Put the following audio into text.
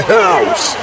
house